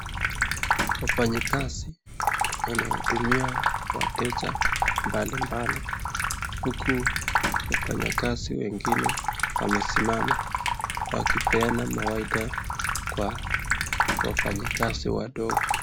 Wafanyikazi wanahudumia wateja mbalimbali huku wafanyikazi wengine wamesimama wakipeana mawaihda kwa wafanyikazi wadogo.